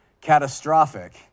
catastrophic